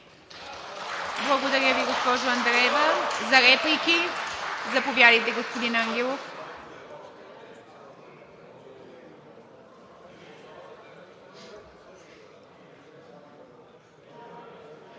Благодаря Ви, госпожо Андреева. Реплики? Заповядайте, господин Ангелов.